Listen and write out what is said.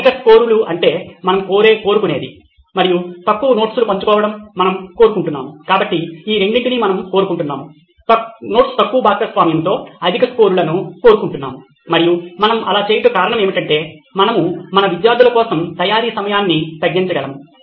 అధిక స్కోర్లు అంటే మనం కోరుకునేది మరియు తక్కువ నోట్స్ను పంచుకోవడం మనము కోరుకుంటున్నాము కాబట్టి ఈ రెండింటినీ మనము కోరుకుంటున్నాము నోట్స్ తక్కువ భాగస్వామ్యంతో అధిక స్కోర్లను కోరుకుంటున్నాము మరియు మనము అలా చేయుటకు కారణం ఏమిటంటే మనము మన విద్యార్థుల కోసం తయారీ సమయాన్ని తగ్గించగలము